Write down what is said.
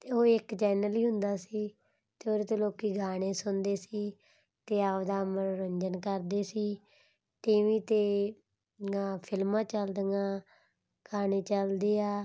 ਅਤੇ ਉਹ ਇੱਕ ਚੈਨਲ ਹੀ ਹੁੰਦਾ ਸੀ ਅਤੇ ਉਹਦੇ 'ਤੇ ਲੋਕ ਗਾਣੇ ਸੁਣਦੇ ਸੀ ਅਤੇ ਆਪਣਾ ਮਨੋਰੰਜਨ ਕਰਦੇ ਸੀ ਟੀ ਵੀ 'ਤੇ ਨ ਫਿਲਮਾਂ ਚੱਲਦੀਆਂ ਗਾਣੇ ਚੱਲਦੇ ਆ